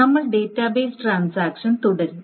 നമ്മൾ database transaction തുടരും